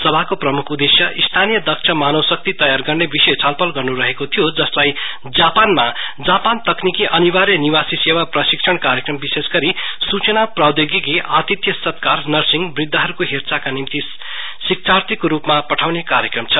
सभाको प्रमुख उद्वेश्य स्थानीय दक्ष मानवशक्ति तयार गर्ने विषय छलफल गर्नु रहेको थियो जसलाई जापानमा जापान तक्रिकी अनिवार्य निवासी सेवा प्रशिक्षण कार्यक्रम विशेष गरी सुचना प्रौधौगिकी आतिथ्य सत्कार नर्सिङ वृद्धहरुको हेरचाहका निम्ति शिक्षार्थीको रुपमा पठाउने कार्यक्रम छ